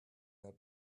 their